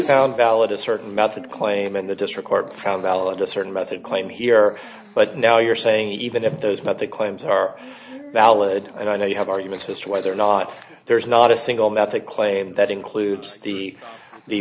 found valid a certain method claim and the district court found valid a certain method claim here but now you're saying even if those meant the claims are valid and i know you have arguments as to whether or not there is not a single method claim that includes the the